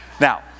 Now